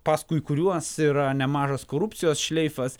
paskui kuriuos yra nemažas korupcijos šleifas